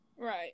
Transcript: Right